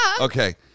Okay